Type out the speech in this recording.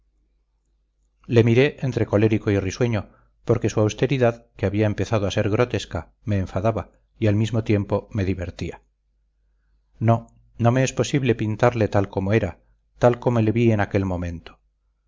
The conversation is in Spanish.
le miré entre colérico y risueño porque su austeridad que había empezado a ser grotesca me enfadaba y al mismo tiempo me divertía no no me es posible pintarle tal como era tal como le vi en aquel momento